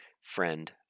friend